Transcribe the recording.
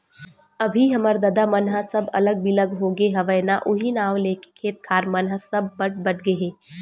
अभी हमर ददा मन ह सब अलग बिलग होगे हवय ना उहीं नांव लेके खेत खार मन ह सब बट बट गे हे